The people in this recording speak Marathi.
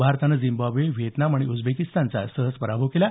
भारतानं झिम्बावे व्हिएतनाम आणि उझेबिकस्तानचा सहज पराभव केला